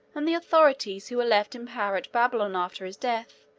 and the authorities who were left in power at babylon after his death,